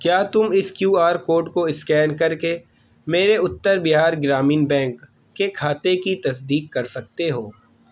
کیا تم اس کیو آر کوڈ کو اسکین کر کے میرے اتر بہار گرامین بینک کے کھاتے کی تصدیق کر سکتے ہو